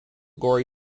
gory